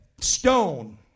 stone